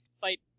fight